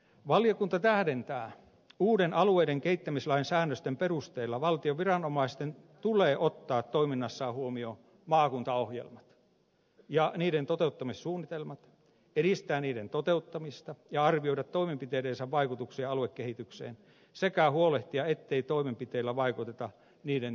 valiokunta tähdentää että uuden alueiden kehittämislain säännösten perusteella valtion viranomaisten tulee ottaa toiminnassaan huomioon maakuntaohjelmat ja niiden toteuttamissuunnitelmat edistää niiden toteuttamista ja arvioida toimenpiteidensä vaikutuksia aluekehitykseen sekä huolehtia ettei toimenpiteillä vaikeuteta niiden toteuttamista